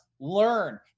learn